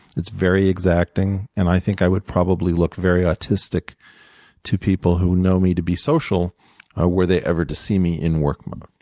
it's very exacting. and i think i would probably look very autistic to people who know me to be social were they ever to see me in work mode.